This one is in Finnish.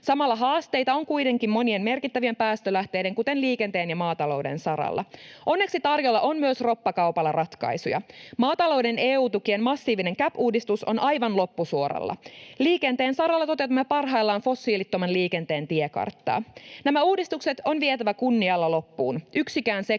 Samalla haasteita on kuitenkin monien merkittävien päästölähteiden, kuten liikenteen ja maatalouden, saralla. Onneksi tarjolla on myös roppakaupalla ratkaisuja. Maatalouden EU-tukien massiivinen CAP-uudistus on aivan loppusuoralla. Liikenteen saralla toteutamme parhaillaan fossiilittoman liikenteen tiekarttaa. Nämä uudistukset on vietävä kunnialla loppuun. Yksikään